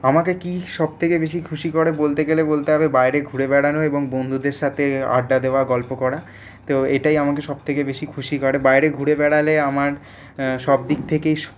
আমাকে কি সব থেকে বেশি খুশি করে বলতে গেলে বলতে হবে বাইরে ঘুরে বেড়ানো এবং বন্ধুদের সাথে আড্ডা দেওয়া গল্প করা তো এটাই আমাকে সব থেকে বেশি খুশি করে বাইরে ঘুরে বেড়ালে আমার সবদিক থেকেই